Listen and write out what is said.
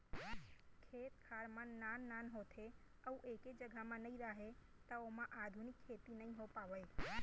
खेत खार मन नान नान होथे अउ एके जघा म नइ राहय त ओमा आधुनिक खेती नइ हो पावय